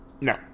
no